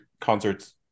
concerts